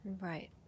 Right